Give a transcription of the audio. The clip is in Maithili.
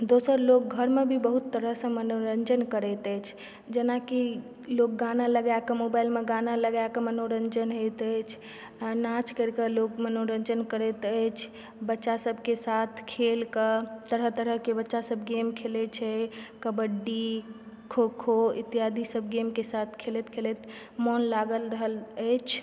दोसर लोग घरमे भी बहुत तरहसँ मनोरञ्जन करैत अछि जेनाकि लोकगाना लगाके मोबाइलमे गाना लगाके मनोरञ्जन होइत अछि आ नाच करिकऽ लोग मनोरञ्जन करैत अछि बच्चासभकेँ साथ खेलके तरह तरहकेँ बच्चासभ गेम खेलैत छै कबड्डी खोखो इत्यादिसभ गेमके साथ खेलैत खेलैत मन लागल रहल अछि